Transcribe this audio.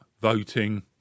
voting